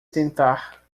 tentar